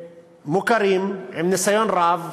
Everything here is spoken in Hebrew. מוכרים, עם ניסיון רב: